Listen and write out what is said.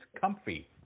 comfy